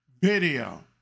video